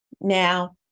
Now